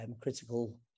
critical